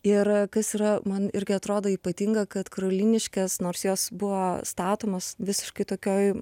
ir kas yra man irgi atrodo ypatinga kad karoliniškės nors jos buvo statomos visiškai tokioj